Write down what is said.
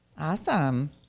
Awesome